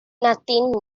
nothing